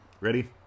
ready